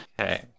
Okay